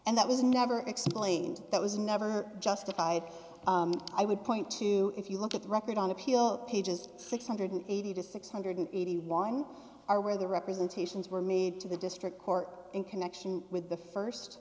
and that was never explained that was never justified i would point to if you look at the record on appeal pages six hundred and eighty two thousand six hundred and eighty one are where the representations were made to the district court in connection with the st first